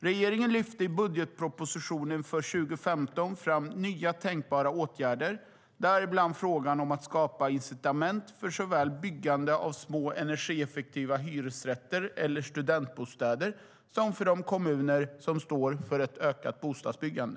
Regeringen lyfte i budgetpropositionen för 2015 fram nya tänkbara åtgärder, däribland frågan om att skapa incitament för såväl byggande av små energieffektiva hyresrätter eller studentbostäder som för de kommuner som står för ett ökat bostadsbyggande.